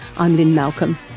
i'm lynne malcolm.